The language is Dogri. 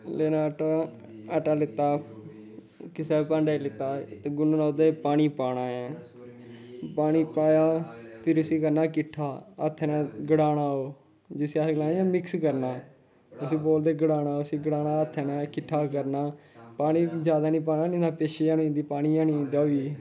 लैना आटा आटा लैत्ता किसै भांडे च लैत्ता ते गुन्नना ओह्दे च पानी पाना ऐ पानी पाया फिर उस्सी करना किट्ठा हत्थै नै गड़ाना ओह् जिस्सी अस गलाने मिक्स करना उस्सी बोलदे गड़ाना उस्सी हत्थैं नै किट्ठा करना पानी जैदा निं पाना नेईं तां पिच्छ जन होई जंदी पानी जन जंदा होई